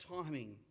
timing